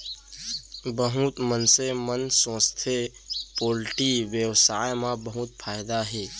बहुत मनसे मन सोचथें पोल्टी बेवसाय म बहुत फायदा हे